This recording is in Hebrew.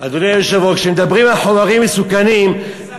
היושב-ראש, כשמדברים על חומרים מסוכנים, מסכנים.